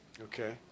Okay